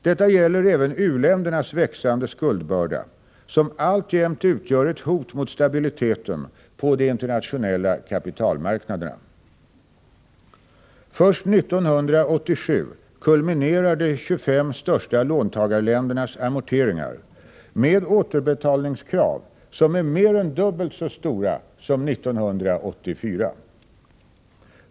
Detta gäller även u-ländernas växande skuldbörda, som alltjämt utgör ett hot mot stabiliteten på de internationella kapitalmarknaderna. Först 1987 kulminerar de 25 största låntagarländernas amorteringar med återbetalningskrav som är mer än dubbelt så stora som 1984.